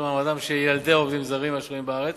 למעמדם של ילדי העובדים הזרים השוהים בארץ